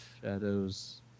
Shadows